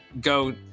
go